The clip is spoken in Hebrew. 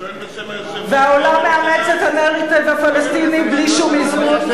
והעולם מאמץ את הנרטיב הפלסטיני בלי שום איזון,